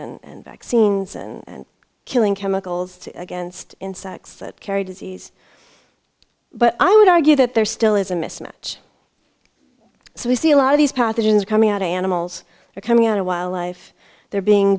cures and vaccines and killing chemicals against insects that carry disease but i would argue that there still is a mismatch so we see a lot of these pathogens coming out animals are coming out of wildlife they're being